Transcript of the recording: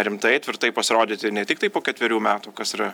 rimtai tvirtai pasirodyti ne tiktai po ketverių metų kas yra